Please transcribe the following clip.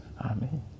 Amen